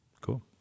Cool